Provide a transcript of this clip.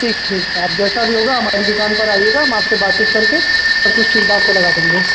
ठीक ठीक आप जैसा भी होगा हमारी दुकान पर आइएगा हम आपसे बातचीत करके सब कुछ ठीक दाम पर लगा देंगे